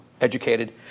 educated